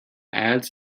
ads